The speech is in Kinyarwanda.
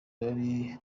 bari